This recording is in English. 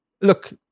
look